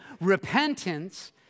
repentance